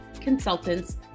consultants